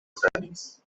studies